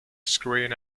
screen